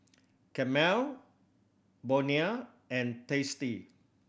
Camel Bonia and Tasty